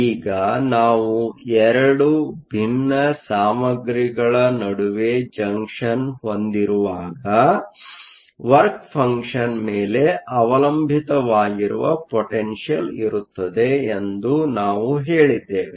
ಈಗ ನಾವು 2 ಭಿನ್ನ ಸಾಮಗ್ರಿಗಳ ನಡುವೆ ಜಂಕ್ಷನ್ ಹೊಂದಿರುವಾಗ ವರ್ಕ ಫಂಕ್ಷನ್Work function ಮೇಲೆ ಅವಲಂಬಿತವಾಗಿರುವ ಪೊಟೆನ್ಷಿಯಲ್ ಇರುತ್ತದೆ ಎಂದು ನಾವು ಹೇಳಿದ್ದೇವೆ